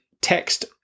text